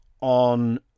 on